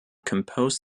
composed